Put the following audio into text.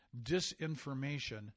disinformation